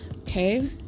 okay